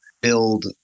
build